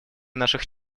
наших